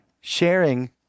sharing